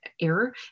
error